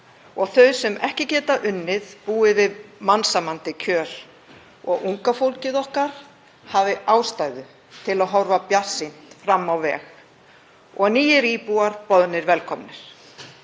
að þau sem ekki geta unnið búi við mannsæmandi kjör, að unga fólkið okkar hafi ástæðu til að horfa bjartsýnt fram á veg og nýir íbúar boðnir velkomnir.